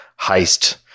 heist